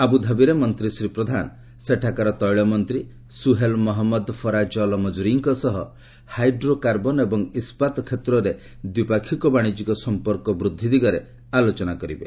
ଆବୁଧାବିରେ ମନ୍ତ୍ରୀ ଶ୍ରୀ ପ୍ରଧାନ ସେଠାକାର ତୈଳମନ୍ତ୍ରୀ ସୁହେଲ ମହମ୍ମଦ ଫରାଜ ଅଲ୍ ମକୁରିଙ୍କ ସହ ହାଇଡ୍ରୋକାର୍ବନ୍ ଏବଂ ଇସ୍କାତ୍ କ୍ଷେତ୍ରରେ ଦ୍ୱିପାକ୍ଷିକ ବାଣିଜ୍ୟିକ ସମ୍ପର୍କ ବୁଦ୍ଧି ଦିଗରେ ଆଲୋଚନା କରିବେ